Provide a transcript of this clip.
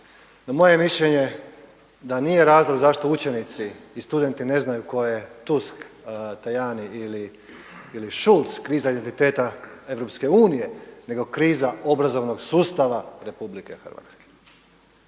moje mišljenje da nije razlog zašto učenici i studenti ne znaju tko je Tusk, Tajani ili Schultz kriza identiteta EU nego kriza obrazovnog sustava RH. I zato